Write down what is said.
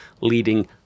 leading